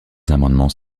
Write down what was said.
amendements